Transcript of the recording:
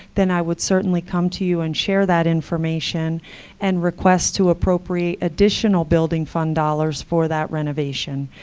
then i would certainly come to you and share that information and request to appropriate additional building fund dollars for that renovation.